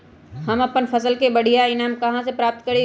हम अपन फसल से बढ़िया ईनाम कहाँ से प्राप्त करी?